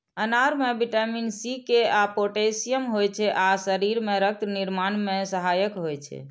अनार मे vitamin C, K आ पोटेशियम होइ छै आ शरीर मे रक्त निर्माण मे सहायक होइ छै